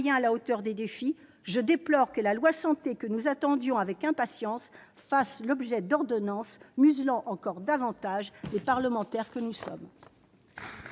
à la hauteur des défis. Je déplore que la loi Santé que nous attendons avec impatience fasse l'objet d'ordonnances, muselant encore davantage les parlementaires que nous sommes.